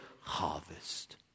harvest